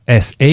SA